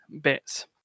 bits